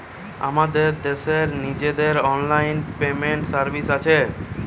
আমাদের দেশের নিজেদের অনলাইন পেমেন্ট সার্ভিস আছে